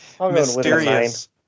mysterious